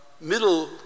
middle